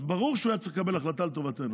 אז ברור שהוא היה צריך לקבל החלטה לטובתנו.